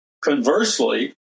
Conversely